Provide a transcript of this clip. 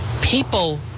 people